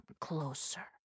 closer